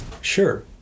Sure